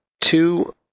two